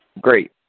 Great